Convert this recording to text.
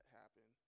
happen